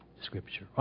Scripture